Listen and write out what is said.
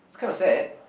it's kind of sad